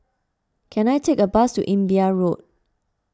can I take a bus to Imbiah Road